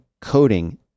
coding